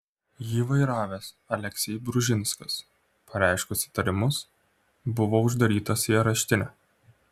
jį vairavęs aleksej bružinskas pareiškus įtarimus buvo uždarytas į areštinę